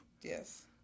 Yes